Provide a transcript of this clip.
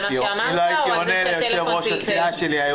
יש אופוזיציה לוחמת, אבל היא גם